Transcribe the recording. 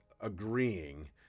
agreeing